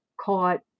caught